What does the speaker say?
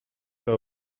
pas